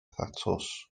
thatws